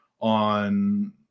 on